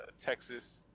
Texas